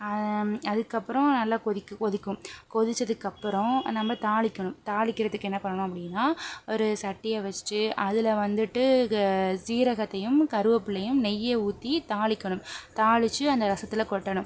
அதுக்கப்புறம் நல்லா கொதிக்க கொதிக்கும் கொதிச்சதுக்கப்புறம் நம்ம தாளிக்கணும் தாளிக்கிறதுக்கு என்ன பண்ணனும் அப்படின்னா ஒரு சட்டியை வச்சுட்டு அதில் வந்துட்டு ஜீரகத்தையும் கருவேப்பிலையும் நெய்யை ஊற்றி தாளிக்கணும் தாளிச்சு அந்த ரசத்தில் கொட்டணும்